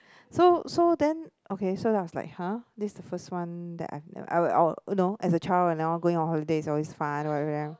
so so then okay so I was like !huh! this the first one that I've nev~ I'll I'll no as a child whenever going on a holiday is always fun